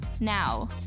Now